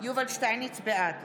בעד